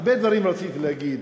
הרבה דברים רציתי להגיד,